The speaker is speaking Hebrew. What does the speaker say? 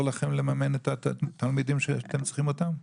לכם לממן את התלמידים שאתם צריכים אותם?